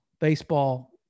Baseball